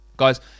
Guys